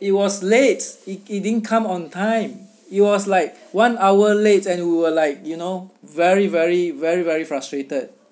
it was late he he didn't come on time it was like one hour late and we were like you know very very very very frustrated